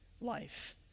life